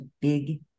big